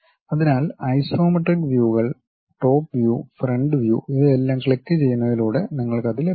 അതിനാൽ ഐസോമെട്രിക് വ്യൂകൾ top view front view ഇവയെല്ലാം ക്ലിക്കുചെയ്യുന്നതിലൂടെ നിങ്ങൾക്കത് ലഭിക്കും